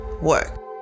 work